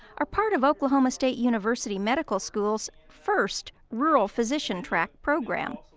are part of oklahoma state university medical school's first rural physician track program.